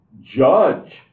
Judge